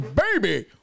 baby